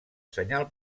senyal